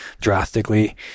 drastically